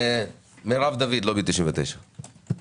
מרב דוד, לובי 99. תודה,